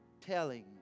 telling